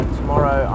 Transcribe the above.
tomorrow